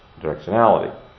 directionality